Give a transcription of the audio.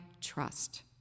trust